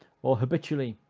or habitually